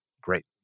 great